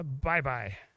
Bye-bye